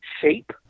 shape